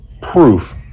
proof